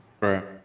right